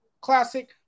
classic